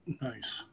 Nice